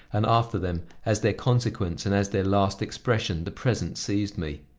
and after them, as their consequence and as their last expression, the present seized me.